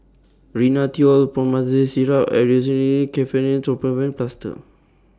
Rhinathiol Promethazine Syrup Aerius Ketoprofen Plaster